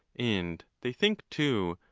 and the think, too,